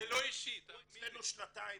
הוא אצלנו שנתיים,